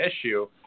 issue